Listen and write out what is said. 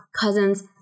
cousins